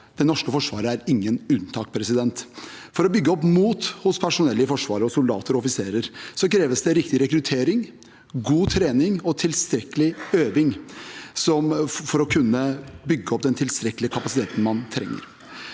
Det norske forsvaret er intet unntak. For å bygge opp mot hos personellet i Forsvaret og soldater og offiserer kreves det riktig rekruttering, god trening og tilstrekkelig øving – for å kunne bygge opp den tilstrekkelige kapasiteten man trenger.